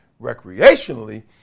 recreationally